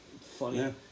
funny